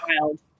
wild